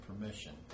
permission